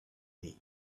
day